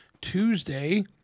Tuesday